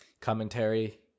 commentary